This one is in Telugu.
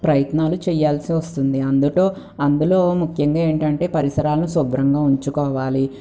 ప్రయత్నాలు చేయాల్సి వస్తుంది అందులో అందులో ముఖ్యంగా ఏంటంటే పరిసరాలు శుభ్రంగా ఉంచుకోవాలి